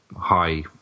high